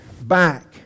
back